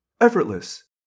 effortless